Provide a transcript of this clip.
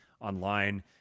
online